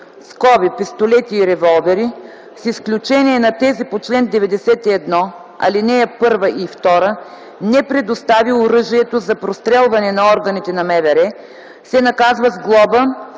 оръжие (пистолети и револвери), с изключение на тези по чл. 91, ал. 1 и 2, не предостави оръжието за прострелване на органите на МВР, се наказва с глоба